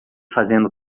fazendo